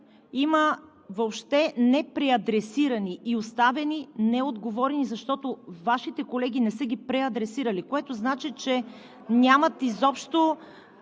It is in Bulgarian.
има въобще непреадресирани и оставени неотговорени, защото Вашите колеги не са ги преадресирали, което значи, че нямат изобщо